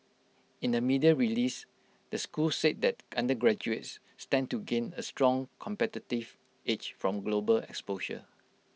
in A media release the school said that the undergraduates stand to gain A strong competitive edge from global exposure